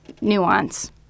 nuance